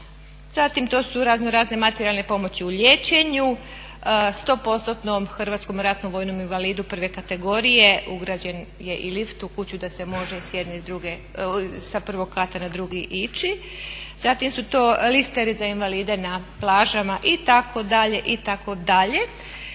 Zatim to su raznorazne materijalne pomoći u liječenju, 10%-tnom HRVI-u prve kategorije ugrađen je i lift u kuću da se može sa prvog kata na drugi ići. Zatim su to lifteri za invalide na plažama itd., itd.